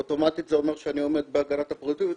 אוטומטית זה אומר שאני עומד בהגנת הפרטיות,